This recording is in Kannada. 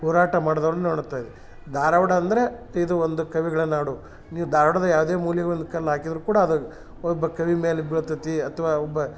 ಹೋರಾಟ ಮಾಡ್ದೊರ್ನ ನೋಡ್ತೇವೆ ಧಾರ್ವಾಡ ಅಂದರೆ ಇದು ಒಂದು ಕವಿಗಳ ನಾಡು ನೀವು ಧಾರ್ವಾಡದ ಯಾವುದೇ ಮೂಲೆಗೊಂದು ಕಲ್ಲು ಹಾಕಿದ್ರು ಕೂಡ ಅದು ಒಬ್ಬ ಕವಿ ಮೇಲೆ ಬೀಳ್ತೈತಿ ಅಥ್ವ ಒಬ್ಬ